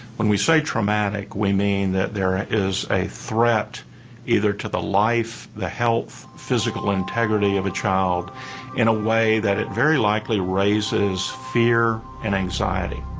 when we say traumatic, we mean that there is a threat either to the life, the health, physical integrity of a child in a way that it very likely raises fear and anxiety.